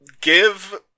give